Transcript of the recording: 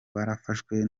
barafashwe